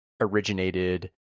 originated